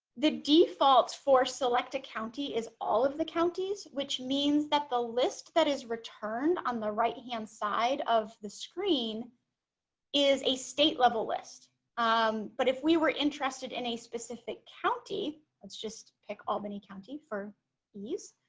the defaults for select a county is all of the counties which means that the list that is returned on the right-hand side of the screen is a state-level list um but if we were interested in a specific county let's just pick albany county for ease